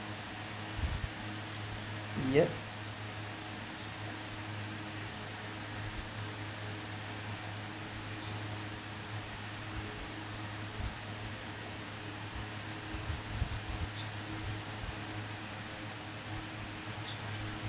yup